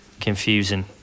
confusing